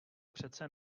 přece